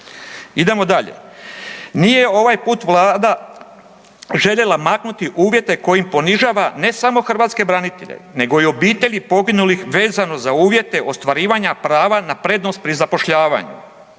Idemo dalje. Nije ovaj put Vlada željela maknuti uvjete kojim ponižava ne samo hrvatske branitelje, nego i obitelji poginulih vezano za uvjete ostvarivanja prava na prednost pri zapošljavanju